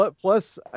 Plus